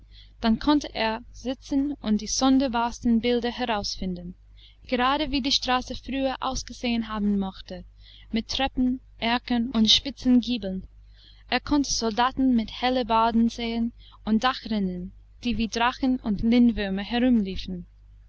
dann konnte er sitzen und die sonderbarsten bilder herausfinden gerade wie die straße früher ausgesehen haben mochte mit treppen erkern und spitzen giebeln er konnte soldaten mit hellebarden sehen und dachrinnen die wie drachen und lindwürme herumliefen